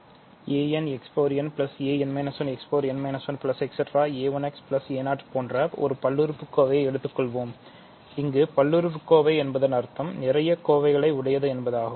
a1xa0 போன்ற ஒரு பல்லுறுப்புக்கோவையை எடுத்துக்கொள்வோம் இங்கு பல்லுறுப்புக்கோவை என்பதன் அர்த்தம் நிறைய கோவைகளை உடையது என்பதாகும்